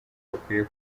bakwiye